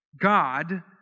God